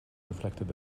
reflected